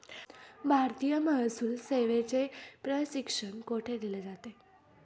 भारतीय महसूल सेवेचे प्रशिक्षण कोठे दिलं जातं?